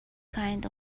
kind